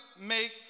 make